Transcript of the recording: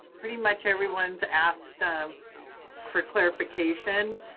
pretty much everyone's asked for clarification.